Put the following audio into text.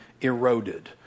eroded